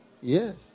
Yes